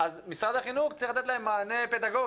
אז משרד החינוך צריך לתת להם מענה פדגוגי.